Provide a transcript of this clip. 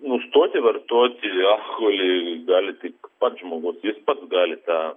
nustoti vartoti alkoholį gali tik pats žmogus jis pats gali tą